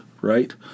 right